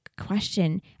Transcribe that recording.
question